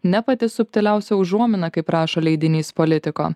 ne pati subtiliausia užuomina kaip rašo leidinys politiko